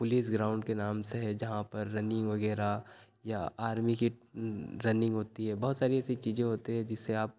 police ground के नाम से है जहाँ पर रनिंग वगैरह या आर्मी की रनिंग होती है बहुत सारी ऐसी चीजें होती हैं जिसे आप